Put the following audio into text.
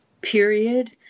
period